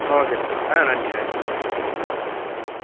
okay sir ஆ நன்றி நன்றி சார் நன்றி சார் ஆ